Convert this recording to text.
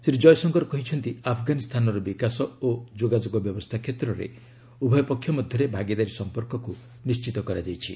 ଶ୍ରୀ ଜୟଶଙ୍କର କହିଛନ୍ତି ଆଫଗାନିସ୍ତାନର ବିକାଶ ଓ ଯୋଗାଯୋଗ ବ୍ୟବସ୍ଥା କ୍ଷେତ୍ରରେ ଉଭୟ ପକ୍ଷ ମଧ୍ୟରେ ଭାଗିଦାରୀ ସମ୍ପର୍କକୁ ନିଶ୍ଚିତ କରାଯାଇଛି